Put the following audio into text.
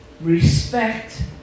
respect